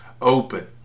open